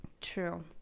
true